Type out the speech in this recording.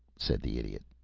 said the idiot.